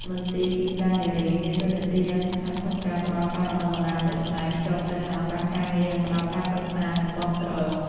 មន្ទីរកិច្ចការនារី មានតួនាទីយ៉ាងសំខាន់ក្នុងការផ្តល់ការបណ្តុះបណ្តាលជាក់ស្តែង ភ្ជាប់ទៅនឹងឱកាសការងារ និងផ្តល់ការប្រឹក្សា និងគាំទ្រ។